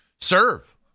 serve